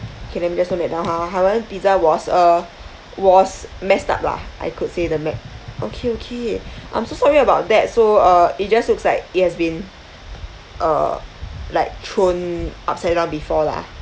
okay let me just note that down ha hawaiian pizza was uh was messed up lah I could say the map okay okay I'm so sorry about that so uh it just looks like it has been uh like thrown upside down before lah